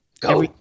Go